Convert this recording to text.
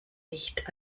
nicht